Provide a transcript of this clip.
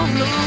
no